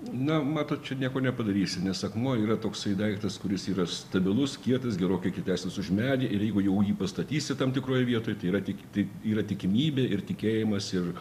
na matot čia nieko nepadarysi nes akmuo yra toksai daiktas kuris yra stabilus kietas gerokai kietesnis už medį ir jeigu jau jį pastatysi tam tikroj vietoj tai yra tik tik yra tikimybė ir tikėjimas ir